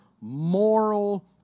moral